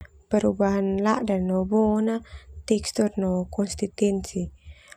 Perubahan lada no bo na tekstur no kosistensi.